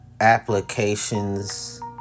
applications